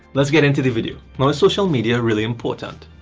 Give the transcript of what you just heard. let's get into the video! now is social media really important?